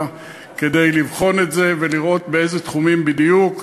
כדי לבחון את זה ולראות באיזה תחומים בדיוק.